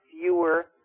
fewer